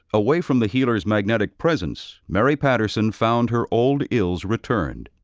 away from the healer's magnetic presence, mary patterson found her old ills returned.